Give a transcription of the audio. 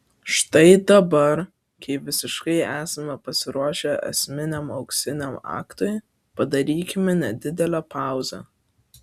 štai dabar kai visiškai esame pasiruošę esminiam auksiniam aktui padarykime nedidelę pauzę